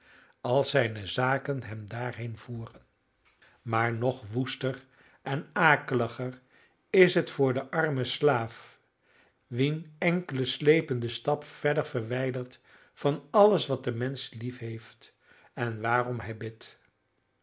als zijne zaken hem daarheen voeren maar nog woester en akeliger is het voor den armen slaaf wien elke slepende stap verder verwijdert van alles wat de mensch liefheeft en waarom hij bidt